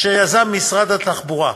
אשר יזם משרד התחבורה,